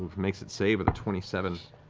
makes its save with a twenty seven.